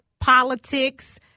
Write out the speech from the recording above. politics